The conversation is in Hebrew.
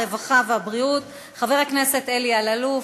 הרווחה והבריאות חבר הכנסת אלי אלאלוף.